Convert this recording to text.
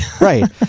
Right